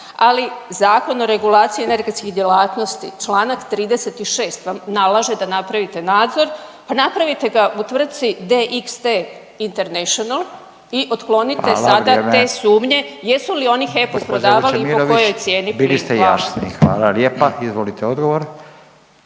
ali Zakon o regulaciji energetskih djelatnosti članak 36. vam nalaže da napravite nadzor. Pa napravite ga u tvrtci DXT International i otklonite sada te sumnje jesu li oni HEP-u prodavali i po kojoj cijeni plin? Hvala. **Radin, Furio (Nezavisni)** Hvala.